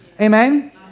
Amen